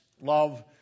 love